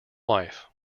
wife